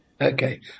Okay